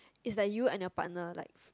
is like you and your partner like